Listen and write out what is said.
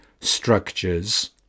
structures